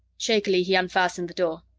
shakily, he unfastened the door.